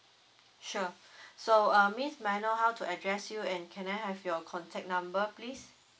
sure so uh miss may I know how to address you and can I have your contact number please